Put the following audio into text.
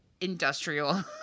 industrial